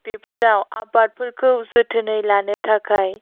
बेफोराव आबादफोरखौ जोथोनै लानो थाखाय